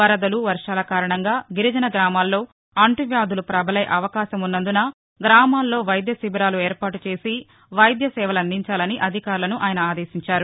వరదలు వర్షాల కారణంగా గిరిజన గ్రామాల్లో అంటువ్యాధులు ప్రబలే అవకాశమున్నందున గ్రామాల్లో వైద్య శిబీరాలు ఏర్పాటుచేసి వైద్య సేవలందించాలని అధికారులను ఆయన ఆదేశించారు